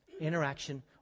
Interaction